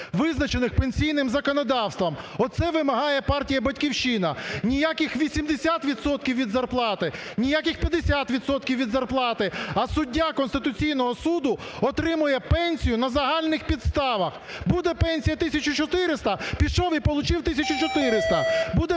визначених пенсійним законодавством. Оце вимагає партія "Батьківщина". Ніяких 80 відсотків від зарплати, ніяких 50 відсотків від зарплати, а суддя Конституційного суду отримує пенсію на загальних підставах. Буде пенсія тисячу 400 – пішов і получив тисячу 400. Буде